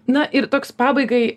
na ir toks pabaigai